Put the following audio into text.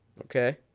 Okay